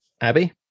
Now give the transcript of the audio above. Abby